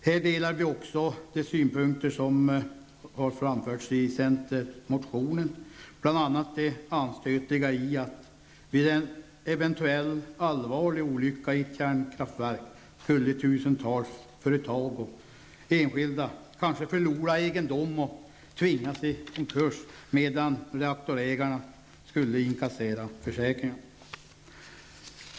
Vi delar också de synpunkter som framförts i centermotionen, bl.a. om det anstötliga i att vid en eventuell allvarlig olycka i ett kärnkraftverk skulle tusentals företag och enskilda förlora egendom och tvingas i konkurs, medan reaktorägarna skulle inkassera försäkringarna.